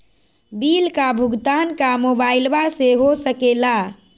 Bill का भुगतान का मोबाइलवा से हो सके ला?